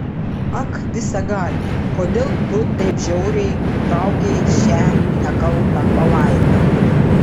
ak visagali kodėl tu taip žiauriai nutraukei šią nekaltą palaimą